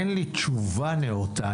אין לי תשובה נאותה.